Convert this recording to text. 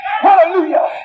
Hallelujah